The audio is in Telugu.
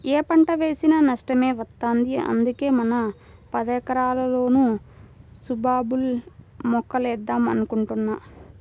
యే పంట వేసినా నష్టమే వత్తంది, అందుకే మన పదెకరాల్లోనూ సుబాబుల్ మొక్కలేద్దాం అనుకుంటున్నా